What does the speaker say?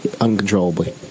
Uncontrollably